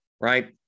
right